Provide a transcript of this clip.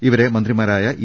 ഇവരെ മന്ത്രിമാരായ ഇ